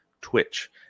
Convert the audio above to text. twitch